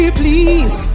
please